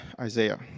Isaiah